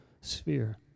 sphere